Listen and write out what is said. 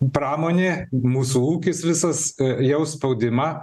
pramonė mūsų ūkis visas jaus spaudimą